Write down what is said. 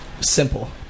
simple